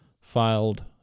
filed